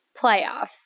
playoffs